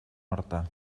horta